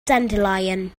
dandelion